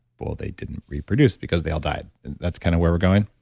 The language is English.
well, they didn't reproduce because they all died and that's kind of where we're going